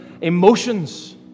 emotions